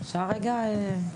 אפשר רגע?